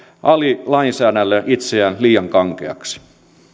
alisäännellä itseään liian kankeiksi